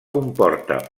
comporta